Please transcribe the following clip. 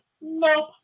Nope